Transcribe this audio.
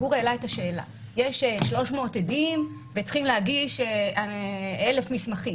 גור העלה את השאלה שיש 300 עדים וצריכים להגיש 1,000 מסמכים,